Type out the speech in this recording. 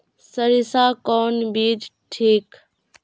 सरीसा कौन बीज ठिक?